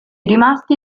rimasti